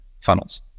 funnels